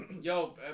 Yo